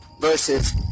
versus